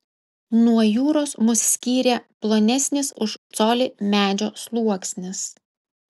nuo jūros mus skyrė plonesnis už colį medžio sluoksnis